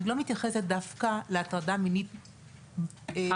אני לא מתייחסת דווקא להטרדה מינית Hardcore.